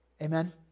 Amen